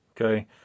Okay